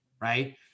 right